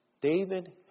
David